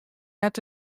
net